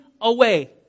away